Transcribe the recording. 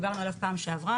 דיברנו עליו פעם שעברה,